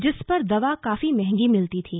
जिस पर दवा काफी महंगी मिलती थीं